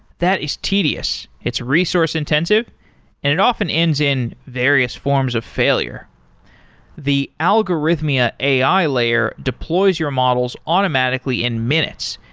that is tedious. it's resource-intensive and it often ends in various forms of failure the algorithmia ai layer deploys your models automatically in minutes,